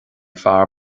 fear